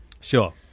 Sure